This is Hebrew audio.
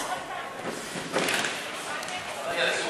מאוד עצוב